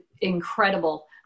incredible